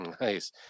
Nice